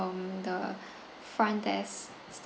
um the front desk